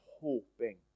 hoping